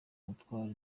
gutwara